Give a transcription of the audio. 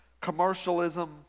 commercialism